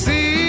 See